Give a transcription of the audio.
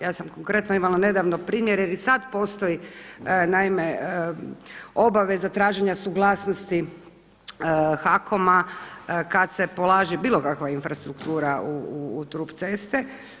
Ja sam konkretno imala nedavno primjer jer i sada postoji naime obaveza traženja suglasnosti HAKOM-a kada se polaže bilo kakva infrastruktura u trup ceste.